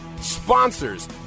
sponsors